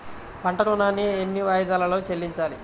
పంట ఋణాన్ని ఎన్ని వాయిదాలలో చెల్లించాలి?